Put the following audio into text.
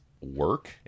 work